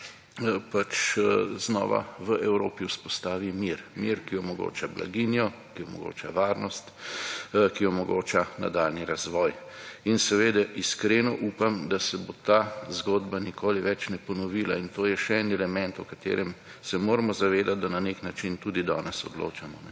se znova v Evropi vzpostavi mir, mir ki omogoča blaginjo, ki omogoča varnost, ki omogoča nadaljnji razvoj in seveda iskreno upam, da se bo ta zgodba nikoli več ne ponovila in to je še en element o katerem se moramo zavedati, da na nek način tudi danes odločamo,